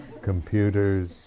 computers